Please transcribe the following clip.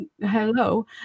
hello